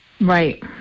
Right